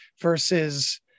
versus